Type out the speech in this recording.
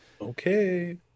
Okay